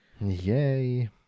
yay